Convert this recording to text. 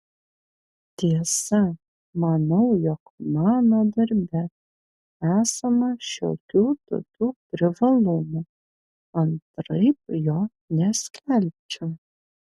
tiesa manau jog mano darbe esama šiokių tokių privalumų antraip jo neskelbčiau